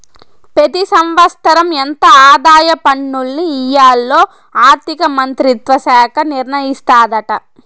పెతి సంవత్సరం ఎంత ఆదాయ పన్నుల్ని ఎయ్యాల్లో ఆర్థిక మంత్రిత్వ శాఖ నిర్ణయిస్తాదాట